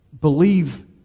Believe